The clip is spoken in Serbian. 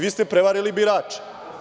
Vi ste prevarili birače.